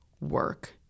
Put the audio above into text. work